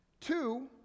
Two